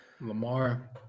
Lamar